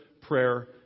prayer